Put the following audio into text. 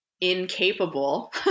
incapable